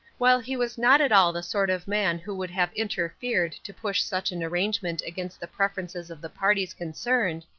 while he was not at all the sort of man who would have interfered to push such an arrangement against the preferences of the parties concerned,